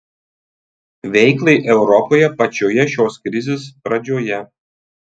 veiklai europoje pačioje šios krizės pradžioje